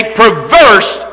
perverse